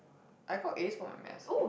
I got A for my maths